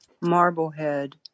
Marblehead